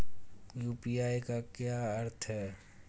UPI का क्या अर्थ है?